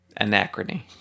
Anachrony